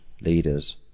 leaders